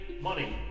money